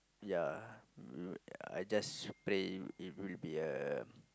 ya I just pray it it will be a